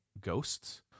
ghosts